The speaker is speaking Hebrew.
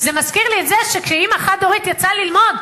זה מזכיר לי את זה שכשאמא חד-הורית יצאה ללמוד,